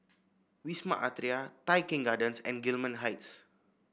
Wisma Atria Tai Keng Gardens and Gillman Heights